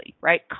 right